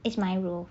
it's my rule